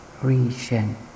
region